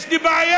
יש לי בעיה.